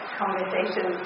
conversation